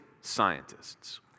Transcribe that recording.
scientists